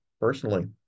personally